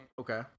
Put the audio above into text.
Okay